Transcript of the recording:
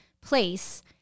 place